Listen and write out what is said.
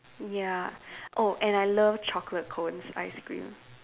ya oh and I love chocolate cones ice cream